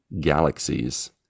galaxies